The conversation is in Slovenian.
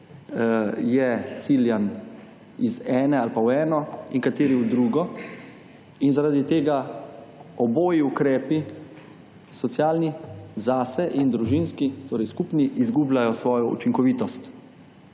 je ciljan iz ena ali pa v eno in kateri v drugo, in zaradi tega oboji ukrepi, socialni zase in družinski, torej skupni, izgubljajo svojo učinkovitost.